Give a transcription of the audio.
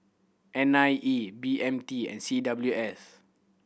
N I E B M T and C W S